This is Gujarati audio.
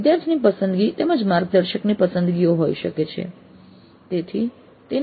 વિદ્યાર્થીની પસંદગીઓ તેમજ માર્ગદર્શકની પસંદગીઓ હોઈ શકે છે